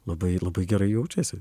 labai labai gerai jaučiasi